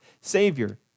Savior